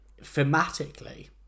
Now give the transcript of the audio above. thematically